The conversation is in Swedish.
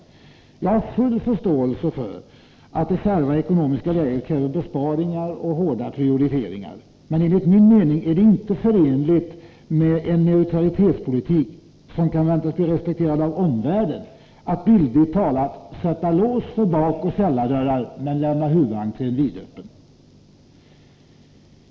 Jag har full förståelse för att det kärva ekonomiska läget kräver besparingar och hårda prioriteringar. Men enligt min mening är det inte förenligt med en neutralitetspolitik — som kan väntas bli respekterad av omvärlden — att bildligt talat ”sätta lås för bakoch källardörrar men lämna huvudentrén vidöppen”.